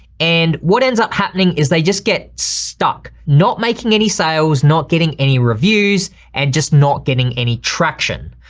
and what ends up happening is they just get stuck, not making any sales, not getting any reviews and just not getting any traction.